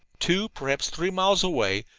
two, perhaps three, miles away,